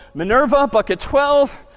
minerva bucket twelve.